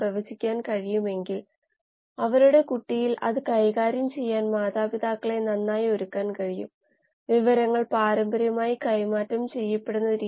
ഇവ നിർണായകമാണ് അവ ശരിയായി അളക്കുകയും നിയന്ത്രിക്കുകയും ചെയ്യേണ്ടതുണ്ട്